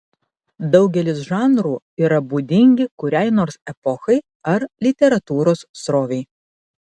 daugelis žanrų yra būdingi kuriai nors epochai ar literatūros srovei